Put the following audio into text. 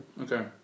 Okay